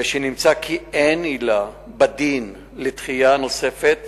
ומשנמצא כי אין עילה בדין לדחייה נוספת